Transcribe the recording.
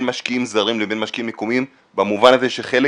משקיעים זרים לבין משקיעים מקומיים במובן הזה שחלק